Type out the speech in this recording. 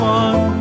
one